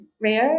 Rio